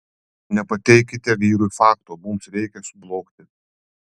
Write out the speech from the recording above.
nepateikite vyrui fakto mums reikia sublogti